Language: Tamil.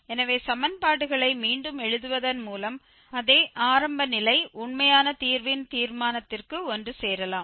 எனவே சமன்பாடுகளை மீண்டும் எழுதுவதன் மூலம் அதே ஆரம்ப நிலை உண்மையான தீர்வின் தீர்மானத்திற்கு ஒன்றுசேரலாம்